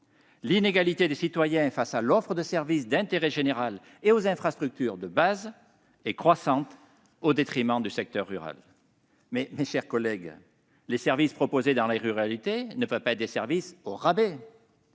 l'inégalité des citoyens face à l'offre de services d'intérêt général et aux infrastructures de base est croissante, au détriment du secteur rural. Mes chers collègues, les services proposés dans les ruralités ne sauraient être des services au rabais